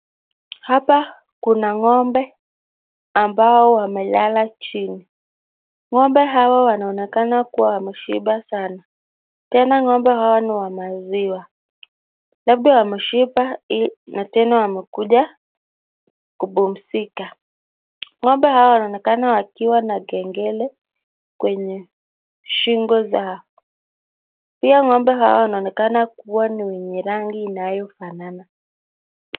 Hapa kuna ng'ombe ambao wamelala chini. Ng'ombe hawa wanaonekana kuwa wameshiba sana. Tena ng'ombe hawa ni wa maziwa. Labda wameshiba na tena wamekuja kupumzika. Ng'ombe hawa wanaonekana wakiwa na kengele kwenye shingo zao. Pia ng'ombe hawa wanaonekana kuwa ni wenye rangi inayofanana.